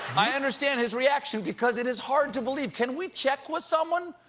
i understand his reaction, because it is hard to believe. can we check with someone?